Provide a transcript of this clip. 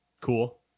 Cool